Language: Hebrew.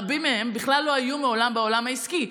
רבים מהם בכלל לא היו מעולם בעולם העסקי,